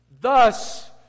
Thus